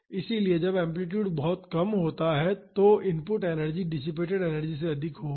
इसलिए जब एम्पलीटूड कम होता है तो इनपुट एनर्जी डिसिपेटड एनर्जी से अधिक होगी